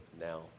now